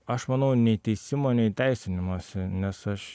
aš manau nei teisimo nei teisinimosi nes aš